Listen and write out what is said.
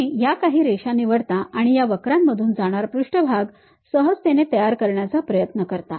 तुम्ही या काही रेषा निवडता आणि या वक्रांमधून जाणारा पृष्ठभाग सहजतेने तयार करण्याचा प्रयत्न करता